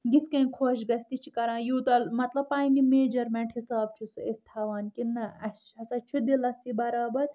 یتھ کٔنۍ خۄش گژھہِ تہِ چھِ کران یوٗتاہ مطلب پننہِ میجرمیٚنٹ حساب چھِ سُہ أسۍ تھوان کِنہٕ نہ اسہِ ہسا چھُ دِلس یہِ برابر